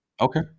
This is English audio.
Okay